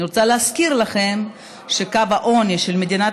אני רוצה להזכיר לכם שקו העוני של מדינת